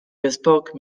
bespoke